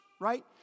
right